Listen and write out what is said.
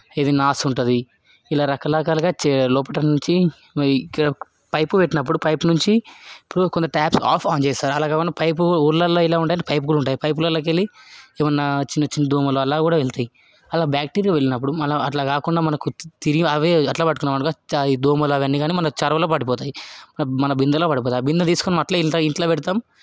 ఏది నాస్ ఉంటుంది ఇలా రకరకాలుగా చే లోపల నుంచి ఇట్లా పైపు పెట్టినప్పుడు పైపు నుంచి ఇప్పుడు టాప్ ఆఫ్ ఆన్ చేసిన అలాగా పైపు ఊర్లలో ఎలాగుంటాయి పైపు కూడా ఉంటాయి పైపులల్లకెళ్ళి ఏదన్నా చిన్న చిన్న దోమలు అలా కూడా వెళ్తాయి అట్లా బ్యాక్టీరియా వెళ్ళినప్పుడు అట్లా కాకుండా మనకు తిరిగి అవి అట్లనే పట్టుకున్నామనుకో చ దోమలు అవన్నీ కాని మన చెరవలో పడిపోతాయి మన బిందెలో పడిపోతాయి ఆ బింద తీసుకోని అట్లే ఇంట్లో పెడతాం